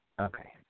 Okay